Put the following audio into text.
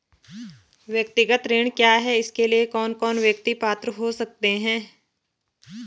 व्यक्तिगत ऋण क्या है इसके लिए कौन कौन व्यक्ति पात्र हो सकते हैं?